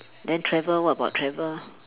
then travel what about travel